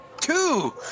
Two